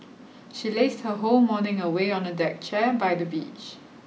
she lazed her whole morning away on a deck chair by the beach